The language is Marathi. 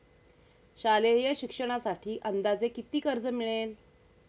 शालेय शिक्षणासाठी अंदाजे किती कर्ज मिळेल?